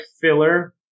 filler